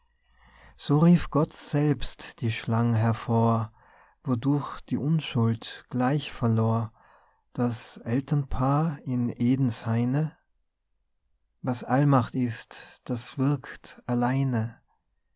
so rief gott selbst die schlang hervor wodurch die unschuld gleich verlor das elternpaar in edens haine was allmacht ist das wirkt alleine